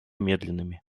медленными